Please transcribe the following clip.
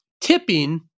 tipping